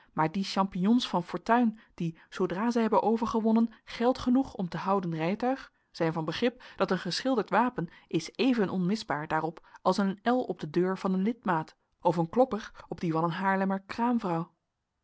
maar die champignons van fortuin die zoodra zij hebben overgewonnen geld genoeg om te houden rijtuig zijn van begrip dat een geschilderd wapen is even onmisbaar daarop als een l op de deur van een lidmaat of een klopper op die van een haarlemmer kraamvrouw